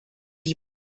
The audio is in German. die